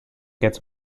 gets